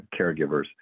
caregivers